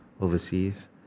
overseas